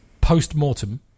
post-mortem